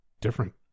different